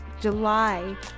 July